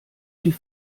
die